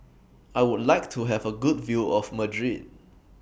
I Would like to Have A Good View of Madrid